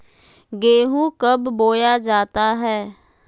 गेंहू कब बोया जाता हैं?